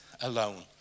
alone